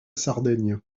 sardaigne